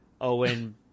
Owen